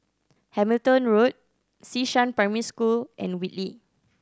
Hamilton Road Xishan Primary School and Whitley